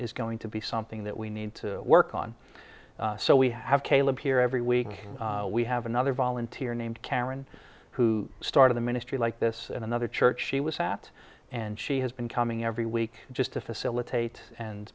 is going to be something that we need to work on so we have caleb here every week we have another volunteer named karen who started the ministry like this in another church she was fat and she has been coming every week just to facilitate and